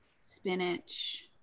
spinach